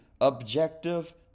objective